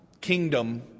kingdom